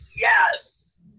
yes